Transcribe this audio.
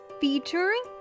featuring